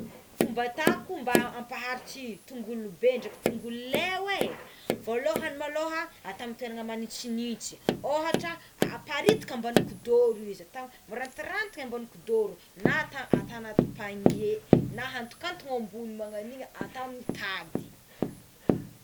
Fomba atako mba ampaharitry tongolo be ndreky tongolo ley oé voalohany maloha atao amign'ny toerana magnitsignitsy oatra amparitaka ambany kidôro izy mirantirantiny ambany kidoro na atao anaty panier na ahantokatogna ambony magnagno agnigny atao amign'ny tady.